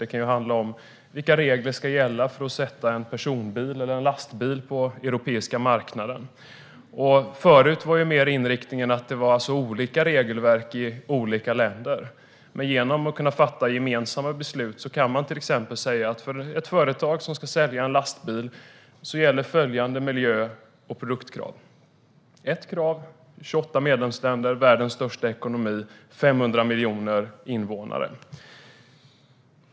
Det kan handla om vilka regler som ska gälla för att man ska få sätta en personbil eller en lastbil på den europeiska marknaden. Tidigare var inriktningen mer att det var olika regelverk som gällde i olika länder, men genom möjligheten att fatta gemensamma beslut kan man till exempel säga till ett företag som ska sälja en lastbil: Följande miljö och produktkrav gäller. Det är ett krav för 28 medlemsländer, som utgör världens största ekonomi med 500 miljoner invånare.